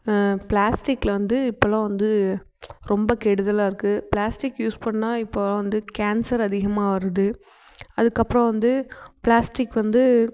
பிளாஸ்டிக்கில வந்து இப்போலாம் வந்து ரொம்ப கெடுதலாக இருக்கு பிளாஸ்டிக் யூஸ் பண்ணால் இப்போலாம் வந்து கேன்சர் அதிகமாக வருது அதுக்கப்புறம் வந்து பிளாஸ்டிக் வந்து